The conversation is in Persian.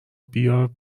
بیار